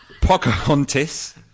Pocahontas